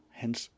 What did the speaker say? hans